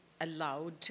allowed